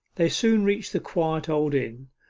they soon reached the quiet old inn,